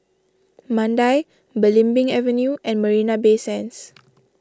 Mandai Belimbing Avenue and Marina Bay Sands